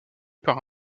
par